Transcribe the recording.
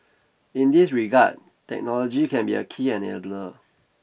in this regard technology can be a key enabler